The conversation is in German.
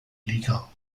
liga